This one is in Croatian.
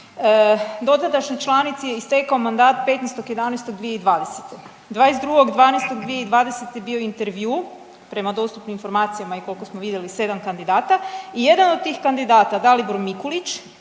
dotadašnjoj članici je istekao mandat 15.11.2020., 22.12.2020. je bio intervju prema dostupnim informacijama i koliko smo vidjeli sedam kandidata i jedan od tih kandidata Dalibor Mikulić